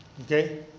okay